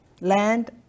land